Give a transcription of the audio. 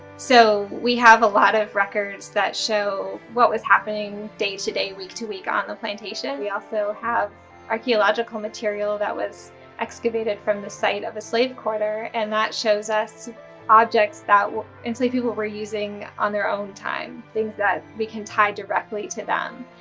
so we have a lot of records that show what was happening day to day, week to week on the plantation. we also have archeological material that was excavated from the site of a slave quarter and that shows us objects that enslaved people were using on their own time, things that we can tie directly to them,